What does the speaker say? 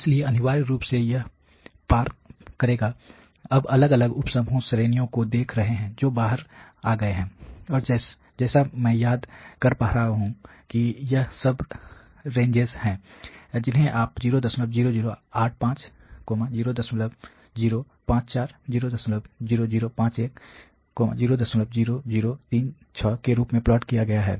इसलिए अनिवार्य रूप से यह पार करेगा अब अलग अलग उप समूह श्रेणियों को देख रहे हैं जो बाहर आ गए हैं और जैसा मैं याद कर पा रहा हूं कि यह सब रेंजेस हैं जिन्हें यहां 00085 0054 00051 00036 के रूप में प्लॉट किया गया है